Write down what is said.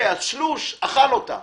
אז שלוש אכל אותה